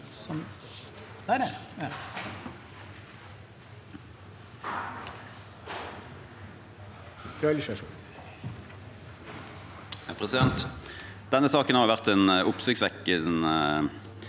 Denne saken har vært en oppsiktsvekkende